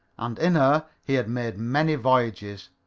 and in her he had made many voyages.